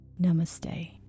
Namaste